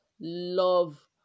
love